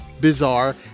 bizarre